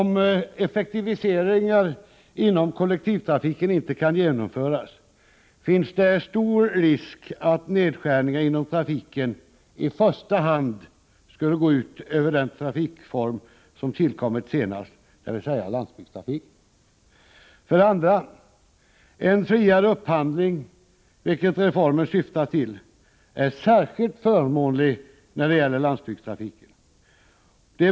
Om effektiviseringar inom kollektivtrafiken inte kan genomföras finns det stor risk för att nedskärningar inom trafiken i första hand skulle gå ut över den trafikform som har tillkommit senast, dvs. landsbygdstrafiken. För det andra är en friare upphandling, vilket reformen syftar till, särskilt förmånlig när det gäller landsbygdstrafiken.